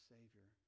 Savior